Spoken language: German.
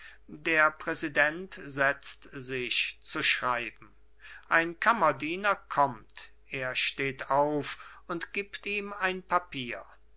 der präsident setzt sich zu schreiben ein kammerdiener kommt er steht auf und gibt ihm ein papier